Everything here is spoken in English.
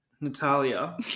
Natalia